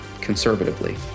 conservatively